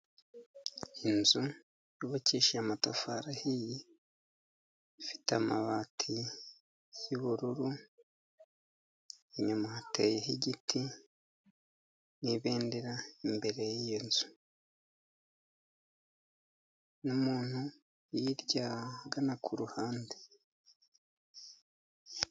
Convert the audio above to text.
Inzu yubakishije amatafari ahiye, ifite amabati y'ubururu, inyuma hateyeho igiti ni ibendera, imbere y'iyo nzu n'umuntu hirya ahagana ku ruhande.